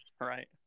right